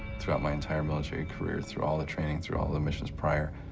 throughout my entire military career, through all the training, through all the missions prior,